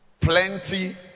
plenty